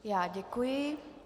Já děkuji.